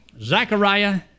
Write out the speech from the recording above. Zechariah